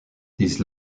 these